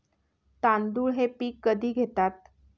तांदूळ हे पीक कधी घेतात?